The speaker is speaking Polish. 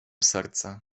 serce